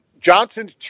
Johnson